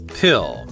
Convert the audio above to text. pill